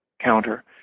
counter